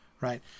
right